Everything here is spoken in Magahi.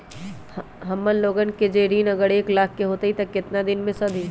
हमन लोगन के जे ऋन अगर एक लाख के होई त केतना दिन मे सधी?